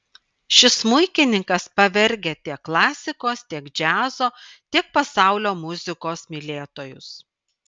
šis smuikininkas pavergia tiek klasikos tiek džiazo tiek pasaulio muzikos mylėtojus